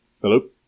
Hello